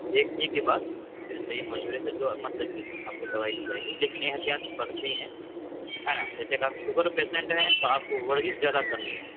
دیکھنے کے بعد پھر صحیح مشورے سے جو مطلب کہ آپ کو دوائی دی جائے گی لیکن احتیاط برتنی ہیں ہے نا جیسے کہ آپ شوگر پیشنٹ ہیں تو آپ کو ورزش زیادہ کرنی ہے